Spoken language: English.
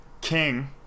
King